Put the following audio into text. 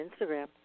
Instagram